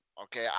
Okay